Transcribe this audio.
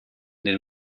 den